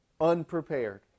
unprepared